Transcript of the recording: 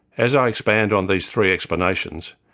as i expand on these three explanations,